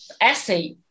essay